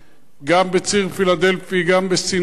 גם בציר פילדלפי, גם בסיני,